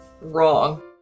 wrong